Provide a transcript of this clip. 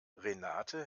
renate